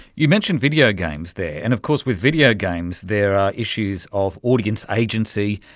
you mentioned video games there, and of course with video games there are issues of audience agency,